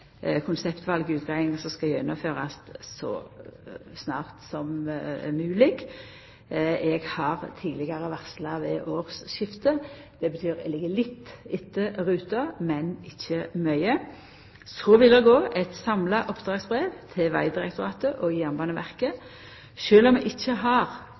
som skal gjennomførast, så snart snart som mogleg. Eg har tidlegare varsla ved årsskiftet. Det betyr at eg ligg litt etter ruta, men ikkje mykje. Så vil det gå eit samla oppdragsbrev til Vegdirektoratet og Jernbaneverket. Sjølv om vi ikkje har